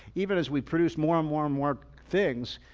even as we produce more and more and more things,